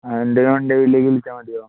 ആ എന്തെങ്കിലും ഉണ്ടങ്കിൽ ഇതിൽ വിളിച്ചാൽ മതിയോ